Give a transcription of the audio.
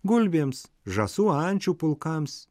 gulbėms žąsų ančių pulkams